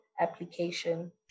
application